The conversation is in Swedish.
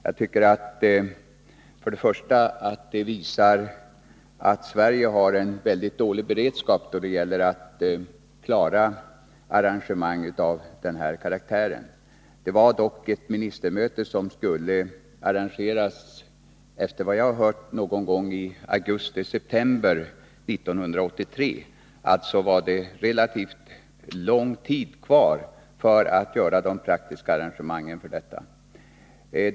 Jag tycker att det visar att Sverige har en väldigt dålig beredskap när det gäller att klara arrangemang av den här karaktären. Det var dock ett ministermöte som, efter vad jag har hört, skulle arrangeras någon gång i augusti-september 1983 — alltså var det ganska lång tid som stod till förfogande för att genomföra de praktiska arrangemangen inför mötet.